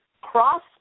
cross